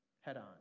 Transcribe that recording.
head-on